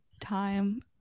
time